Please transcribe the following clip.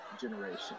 generation